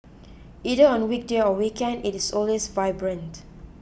either on weekday or weekend it is always vibrant